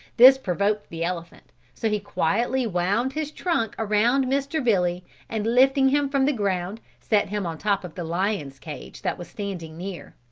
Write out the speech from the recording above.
this provoked the elephant, so he quietly wound his trunk around mr. billy and lifting him from the ground, set him on top of the lion's cage that was standing near.